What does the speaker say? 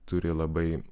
turi labai